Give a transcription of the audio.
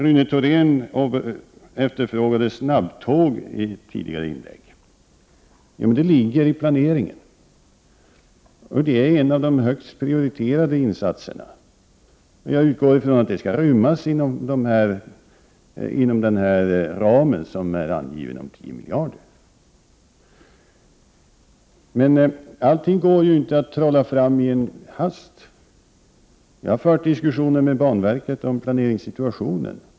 Rune Thorén efterfrågade snabbtåg i ett tidigare inlägg. Det ingår i planeringen. Det är en av de högst prioriterade insatserna. Jag utgår från att det skall rymmas inom den angivna ramen på 10 miljarder. Men allting går inte att trolla fram i en hast. Jag har fört diskussioner med banverket om planeringssituationen.